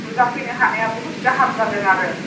नुजाफैनो हानाया बुहुथ गाहाम जादों आरो